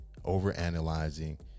overanalyzing